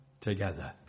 together